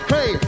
Hey